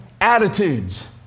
attitudes